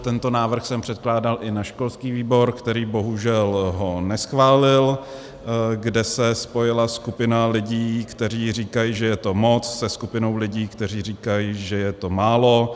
Tento návrh jsem předkládal i na školský výbor, který bohužel ho neschválil, kde se spojila skupina lidí, kteří říkají, že je to moc, se skupinou lidí, kteří říkají, že je to málo.